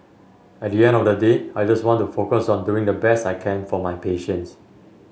at the end of the day I just want to focus on doing the best I can for my patients